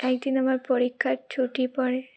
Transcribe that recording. একদিন আমার পরীক্ষার ছুটি পড়ে